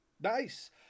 Nice